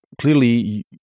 clearly